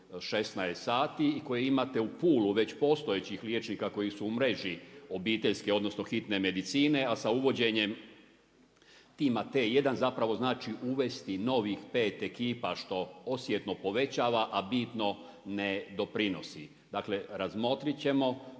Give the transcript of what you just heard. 16 sati i koji imate u Pulu već postojećih liječnika koji su u mreži obiteljske, odnosno hitne medicine, a sa uvođenjem tima T1, zapravo znači uvesti novih pet ekipa, što osjetno povećava, a bitno ne doprinosi. Dakle, razmotrit ćemo,